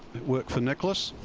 worked for nicklaus.